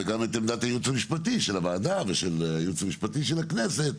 גם את עמדת הייעוץ המשפטי של הוועדה ושל היועץ המשפטי של הכנסת,